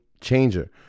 changer